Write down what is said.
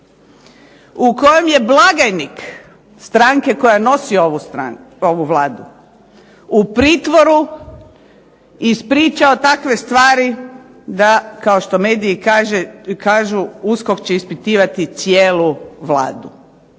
u kojem je blagajnik stranke koja nosi ovu Vladu u pritvoru ispričao takve stvari da kao što mediji kažu USKOK će ispitivati cijelu Vladu,